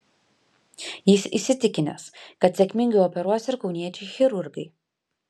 jis įsitikinęs kad sėkmingai operuos ir kauniečiai chirurgai